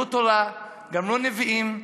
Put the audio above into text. גמרו תורה, גמרו נביאים,